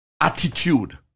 Attitude